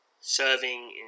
serving